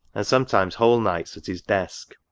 and sometimes whole nights, at his desk.